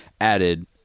added